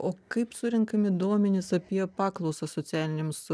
o kaip surenkami duomenys apie paklausą socialiniams